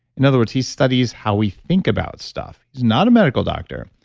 in other words, he studies how we think about stuff. he's not a medical doctor,